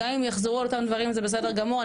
גם אם יחזרו על אותם הדברים זה בסדר גמור,